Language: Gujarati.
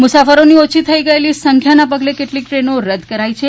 મુસાફરોની ઓછી થયેલી સંખ્યાના પગલે કેટલીક ટ્રેનો રદ્દ કરાઇ છે